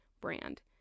brand